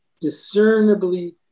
discernibly